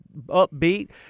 upbeat